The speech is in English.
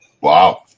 Wow